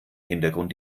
hintergrund